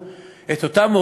בכל אופן,